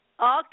Okay